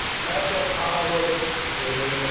had the power of death.